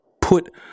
put